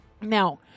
Now